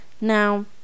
now